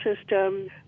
system